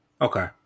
Okay